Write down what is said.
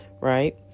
Right